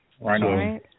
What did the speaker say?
Right